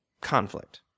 conflict